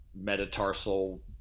metatarsal